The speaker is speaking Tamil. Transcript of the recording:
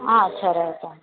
ஆ சரி ஓகே மேம்